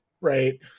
right